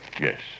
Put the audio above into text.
Yes